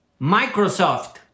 Microsoft